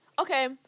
okay